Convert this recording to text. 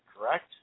correct